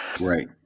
Right